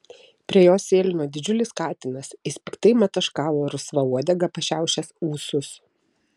prie jos sėlino didžiulis katinas jis piktai mataškavo rusva uodega pašiaušęs ūsus